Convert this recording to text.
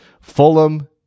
Fulham